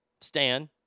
Stan